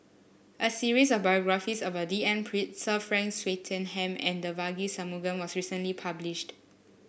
a series of biographies about D N Pritt Sir Frank Swettenham and Devagi Sanmugam was recently published